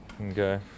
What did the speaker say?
okay